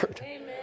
Amen